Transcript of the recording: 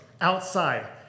outside